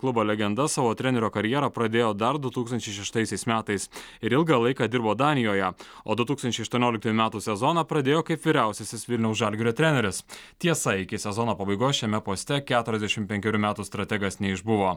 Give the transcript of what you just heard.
klubo legenda savo trenerio karjerą pradėjo dar du tūkstančiai šeštaisiais metais ir ilgą laiką dirbo danijoje du tūkstančiai aštuonioliktųjų metų sezoną pradėjo kaip vyriausiasis vilniaus žalgirio treneris tiesa iki sezono pabaigos šiame poste keturiasdešim penkerių metų strategas neišbuvo